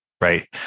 Right